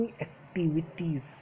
activities